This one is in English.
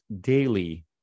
daily